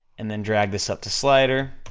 and then drag this up to slider,